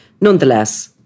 nonetheless